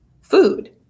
food